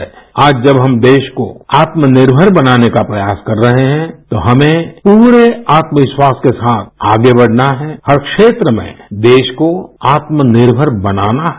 आज जब हम देश को आत्मनिर्भर बनाने का प्रयास कर रहे हैं तो हमें पूरे आत्मविश्वास के साथ आगे बढ़ना है हर क्षेत्र में देश को आत्मनिर्मर बनाना है